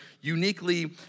uniquely